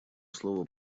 слово